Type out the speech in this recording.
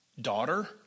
daughter